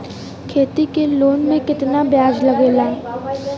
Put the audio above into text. खेती के लोन में कितना ब्याज लगेला?